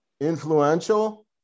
influential